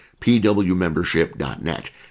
pwmembership.net